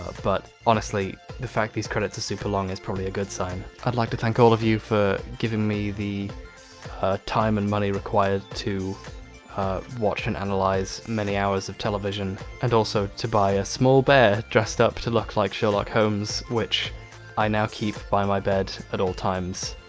but honestly the fact these credits are super long is probably a good sign. i'd like to thank all of you for giving me the time and money required to watch and analyze many hours of television and also to buy a small bear dressed up to look like sherlock holmes which i, now keep by my bed at all times,